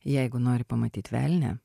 jeigu nori pamatyt velnią